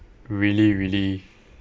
really really